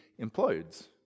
implodes